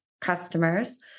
customers